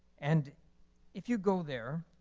and if you go there,